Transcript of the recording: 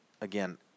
again